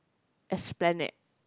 explain it